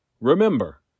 Remember